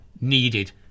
needed